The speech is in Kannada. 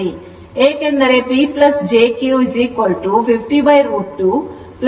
ಏಕೆಂದರೆ PjQ 50 √ 2 j 50 √ 2 ಆಗುತ್ತದೆ